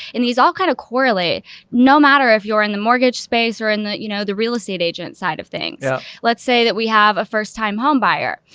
these all kind of correlate no matter if you're in the mortgage space or in the, you know, the real estate agent side of things. yeah. let's say that we have a first time home buyer.